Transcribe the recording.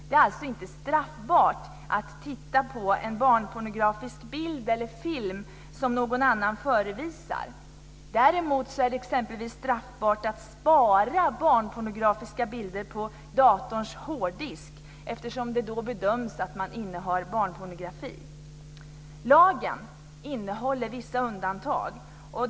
Det är alltså inte straffbart att titta på en barnpornografisk bild eller film som någon annan förevisar. Däremot är det straffbart att spara barnpornografiska bilder på en dators hårddisk, eftersom det då bedöms som att man innehar barnpronografi. Lagen innehåller vissa undantag.